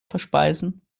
verspeisen